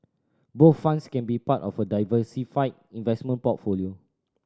bond funds can be part of a diversified investment portfolio